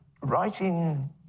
writing